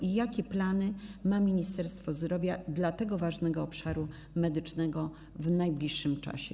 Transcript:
I jakie plany ma Ministerstwo Zdrowia dla tego ważnego obszaru medycznego w najbliższym czasie?